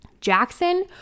Jackson